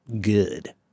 good